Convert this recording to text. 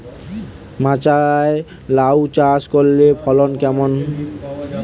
মাচায় লাউ চাষ করলে ফলন কেমন?